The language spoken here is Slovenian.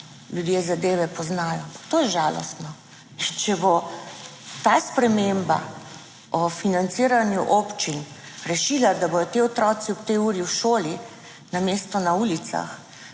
ljudje zadeve poznajo. To je žalostno. Če bo ta sprememba o financiranju občin rešila, da bodo ti otroci ob tej uri v šoli namesto na ulicah,